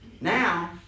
Now